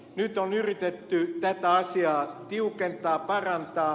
nyt on yritetty tätä asiaa tiukentaa parantaa